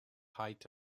height